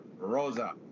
Rosa